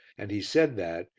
and he said that,